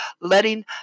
letting